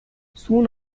soon